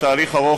בתהליך ארוך,